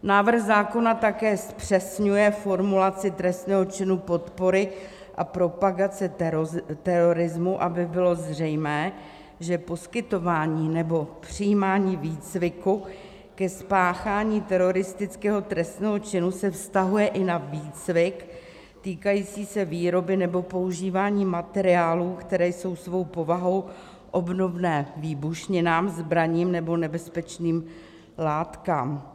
Návrh zákona také zpřesňuje formulaci trestného činu podpory a propagace terorismu, aby bylo zřejmé, že poskytování nebo přijímání výcviku ke spáchání teroristického trestného činu se vztahuje i na výcvik týkající se výroby nebo používání materiálů, které jsou svou povahou obdobné výbušninám, zbraním nebo nebezpečným látkám.